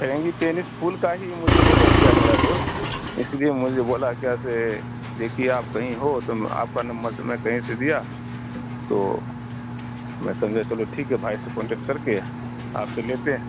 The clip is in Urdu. فرنگی پینس پھول کا ہی مجھے آرڈر دیا میرا دوست اسی لیے مجھے بولا کیسے دیکھیے آپ کہیں ہو تو آپ کا نمبر سے میں کہیں سے دیا تو میں سمجھا چلو ٹھیک ہے بھائی سے کانٹیکٹ کر کے آپ سے لیتے ہیں